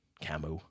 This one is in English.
Camus